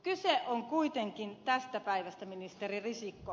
kyse on kuitenkin tästä päivästä ministeri risikko